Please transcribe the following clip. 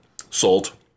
salt